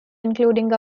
including